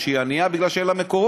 מפני שהיא ענייה כי אין לה מקורות,